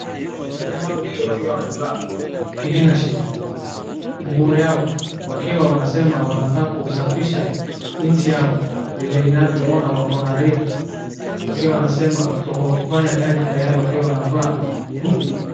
Kuna jamaa wawili wakiwa wamevaa cleaner sheet nguo yao wakiwa wansema wanataka kusafisha nchi yao. Vile inavyo ona wako na reki wakiwa wanasema tuko kufanya kazi tayari wakiwa wanavaa buti.